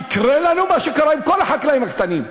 יקרה לנו מה שקרה עם כל החקלאים הקטנים.